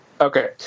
Okay